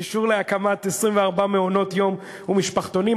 אישור להקמת 24 מעונות-יום ומשפחתונים,